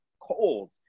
cold